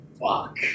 Fuck